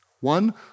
one